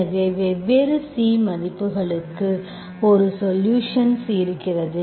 எனவே வெவ்வேறு C மதிப்புக்கு ஒரு சொலுஷன்ஸ் இருக்கிறது